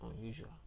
unusual